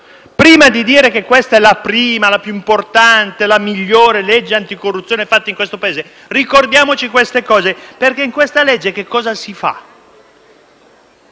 Prima di dire che questa è la prima, la più importante e la migliore legge anticorruzione fatta in questo Paese, ricordiamoci queste cose, perché con questo provvedimento, anziché